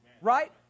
Right